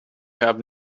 have